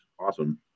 awesome